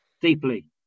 deeply